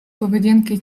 поведінки